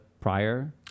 prior